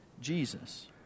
Jesus